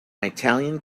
italian